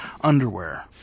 underwear